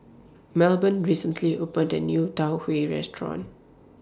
Melbourne recently opened A New Tau Huay Restaurant